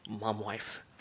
Mom-wife